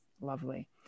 lovely